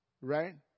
Right